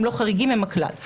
הם לא חריגים אלא הכלל.